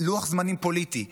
לוח זמנים פוליטי,